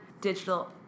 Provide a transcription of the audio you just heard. digital